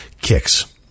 Kicks